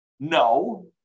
No